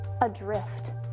adrift